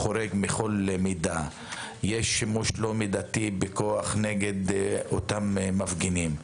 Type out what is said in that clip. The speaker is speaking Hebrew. לא מידתי נגד המפגינים,